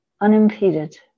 unimpeded